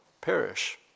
perish